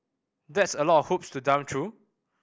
that's a lot of hoops to jump through